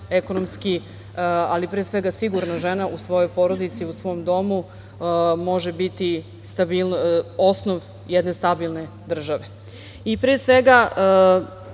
ekonomski, ali pre svega sigurna žena u svojoj porodici u svom domu može biti osnov jedne stabilne države.I